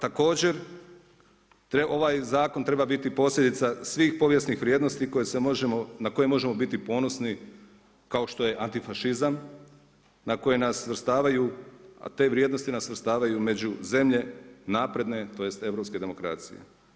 Također ovaj zakon treba biti posljedica svih povijesnih vrijednosti koje se možemo, na koje možemo biti ponosni, kao što je antifašizam, na koji nas svrstavaju, a te vrijednosti nas svrstavaju među zemlje napredne, tj. europske demokracije.